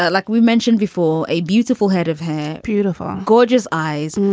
like we mentioned before, a beautiful head of hair, beautiful, gorgeous eyes.